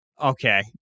Okay